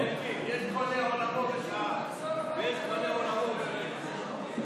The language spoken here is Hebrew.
אלקין, יש קונה עולמו בשעה, ויש קונה עולמו ברגע.